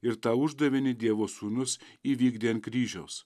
ir tą uždavinį dievo sūnus įvykdė ant kryžiaus